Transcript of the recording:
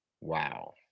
Wow